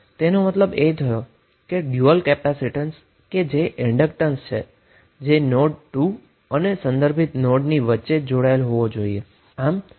તેનો મતલબ એ થયો કે કેપેસિટન્સનુ ડયુઅલ કે જે ઈન્ડક્ટન્સ છે જે નોડ 2 અને માત્ર રેફેરન્સ નોડની વચ્ચે જ જોડાયેલ હશે